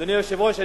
אדוני היושב-ראש,